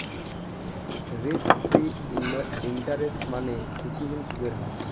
risk free interest মানে ঝুঁকিহীন সুদের হার